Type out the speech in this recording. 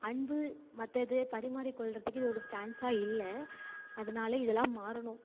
அன்பு மற்ற இது பரிமாறிக்கொள்வதுக்கு இது ஒரு சான்சாக இல்லை அதனால் இதெல்லாம் மாறணும்